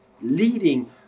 leading